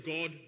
God